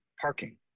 parking